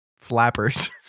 Flappers